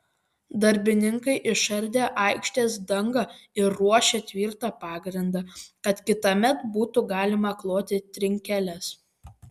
darbininkai išardė aikštės dangą ir ruošią tvirtą pagrindą kad kitąmet būtų galima kloti trinkeles